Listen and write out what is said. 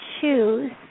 choose